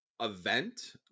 event